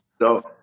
So-